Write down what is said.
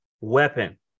weapon